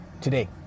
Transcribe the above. today